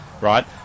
right